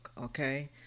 okay